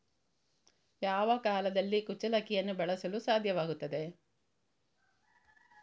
ಯಾವ ಕಾಲದಲ್ಲಿ ಕುಚ್ಚಲಕ್ಕಿಯನ್ನು ಬೆಳೆಸಲು ಸಾಧ್ಯವಾಗ್ತದೆ?